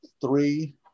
three